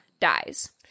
dies